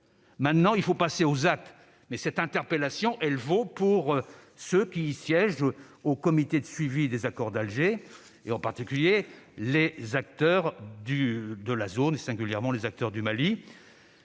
Maintenant, il faut passer aux actes, mais cette interpellation vaut pour ceux qui siègent au comité de suivi des accords d'Alger, en particulier les acteurs de la zone, singulièrement ceux du Mali